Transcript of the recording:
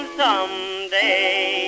someday